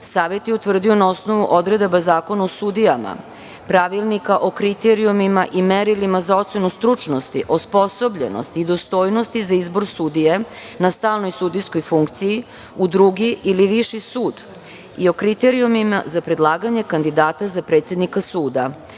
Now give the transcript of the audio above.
Savet je utvrdio na osnovu odredbi Zakona o sudijama, Pravilnika o kriterijumima i merilima za ocenu stručnosti, osposobljenosti i dostojnosti za izbor sudija na stalnoj sudijskoj funkciji u drugi ili viši sud i o kriterijumima za predlaganje kandidata za predsednika suda